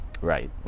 Right